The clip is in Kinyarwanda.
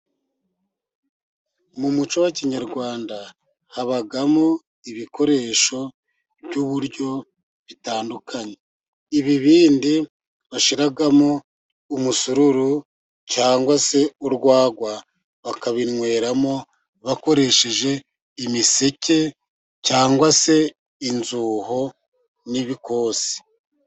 Mu muco wa kinyarwanda, habamo ibikoresho by'uburyo bitandukanye, ibibindi bashyiramo umusururu cyangwa se urwagwa, bakabinyweramo bakoresheje imiseke cyangwa se inzuho n'ibikosi.